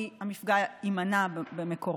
כי המפגע יימנע במקורו.